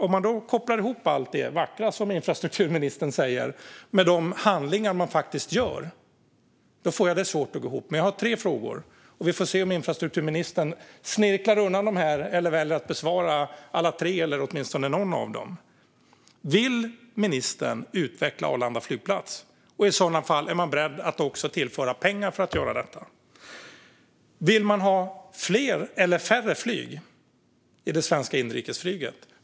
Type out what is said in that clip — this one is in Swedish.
Om jag kopplar ihop allt det vackra som infrastrukturministern säger med de handlingar som regeringen faktiskt utför har jag svårt att få det att gå ihop, men jag har tre frågor. Vi får se om infrastrukturministern snirklar undan dem eller väljer att besvara alla tre eller åtminstone någon av dem. Vill ministern utveckla Arlanda flygplats, och är han i så fall beredd att tillföra pengar för att göra detta? Vill han ha fler eller färre flyg i det svenska inrikesflyget?